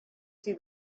see